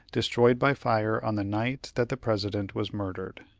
destroyed by fire on the night that the president was murdered.